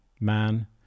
man